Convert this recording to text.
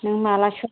नों माला सोलाबो